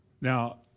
Now